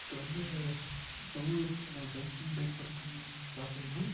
இப்போ வந்து சமூகத்தில் பைக்குகள் ஏற்படுத்தும் தாக்கம்னா